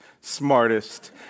smartest